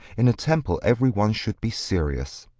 in a temple every one should be serious,